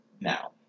Now